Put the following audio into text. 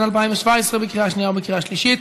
התשע"ז 2017, לקריאה שנייה ולקריאה שלישית.